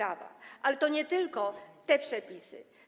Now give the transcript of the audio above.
Ale to nie tylko ten przepis.